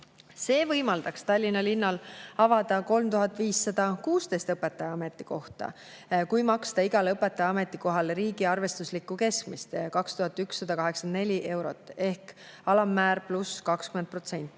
See võimaldaks Tallinna linnal avada 3516 õpetaja ametikohta, kui maksta igal õpetaja ametikohal riigi arvestuslikku keskmist, 2184 eurot, ehk alammäär pluss 20%.